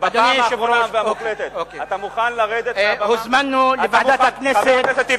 אדוני היושב-ראש, חבר הכנסת טיבי,